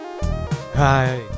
hi